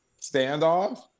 standoff